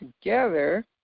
together